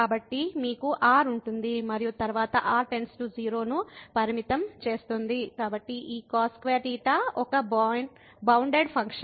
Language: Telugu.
కాబట్టి మీకు r ఉంటుంది మరియు తరువాత r → 0 ను పరిమితం చేస్తుంది కాబట్టి ఈ cos2θ ఒక బౌండెడ్ ఫంక్షన్